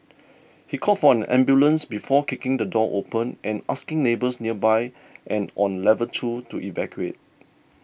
he called for an ambulance before kicking the door open and asking neighbours nearby and on level two to evacuate